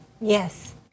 Yes